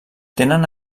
tenen